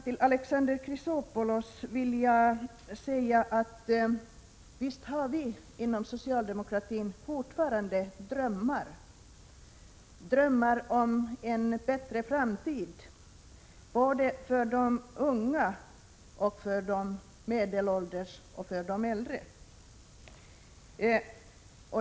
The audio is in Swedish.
Till Alexander Chrisopoulos vill jag säga: Visst har vi inom socialdemokratin fortfarande drömmar — drömmar om en bättre framtid för både de unga, de medelålders och de äldre.